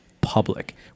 public